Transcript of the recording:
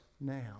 now